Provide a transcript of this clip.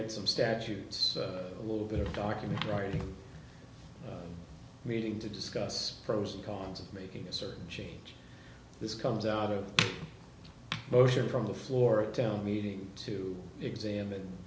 at some statutes a little bit of document writing reading to discuss pros and cons of making a certain change this comes out of motion from the floor a town meeting to exam